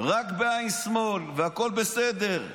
רק בעין שמאל, והכול בסדר.